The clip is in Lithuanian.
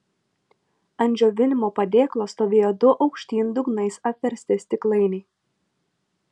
ant džiovinimo padėklo stovėjo du aukštyn dugnais apversti stiklainiai